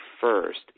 first